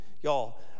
y'all